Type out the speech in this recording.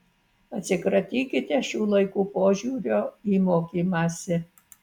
atsikratykite šių laikų požiūrio į mokymąsi